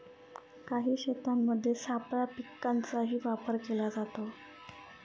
काही शेतांमध्ये सापळा पिकांचाही वापर केला जातो